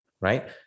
Right